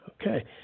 Okay